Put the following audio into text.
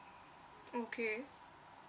okay